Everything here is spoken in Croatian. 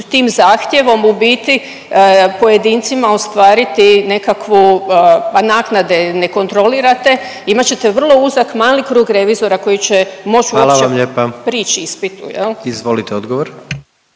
tim zahtjevom u biti pojedincima ostvariti nekakvu, a naknade ne kontrolirate, imat ćete vrlo uzak mali krug revizora koji će moć…/Upadica predsjednik: Hvala vam lijepa./…uopće prići